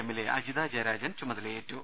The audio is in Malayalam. എമ്മിലെ അജിതാ ജയരാജൻ ചുമതലയേറ്റു